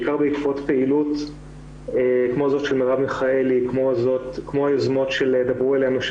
בעיקר בעקבות פעילות כמו זו של מרב מיכאלי וכמו היוזמות של "דברו אלינו"